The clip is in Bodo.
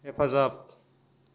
हेफाजाब